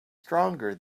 stronger